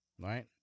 Right